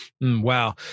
Wow